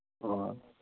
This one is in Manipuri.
ꯑꯣ